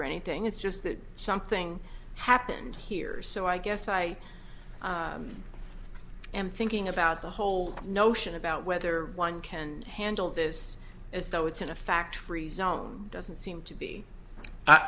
or anything it's just that something happened here so i guess i am thinking about the whole notion about whether one can handle this as though it's in a fact free zone doesn't seem to be